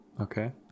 okay